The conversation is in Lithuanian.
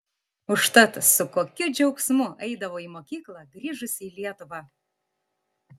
užtat su kokiu džiaugsmu eidavau į mokyklą grįžusi į lietuvą